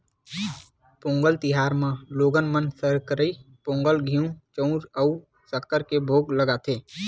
पोंगल तिहार म लोगन मन सकरई पोंगल, घींव, चउर अउ सक्कर के भोग लगाथे